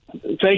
Thank